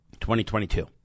2022